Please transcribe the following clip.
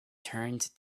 turned